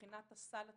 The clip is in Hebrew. מבחינת הסל הטיפולי,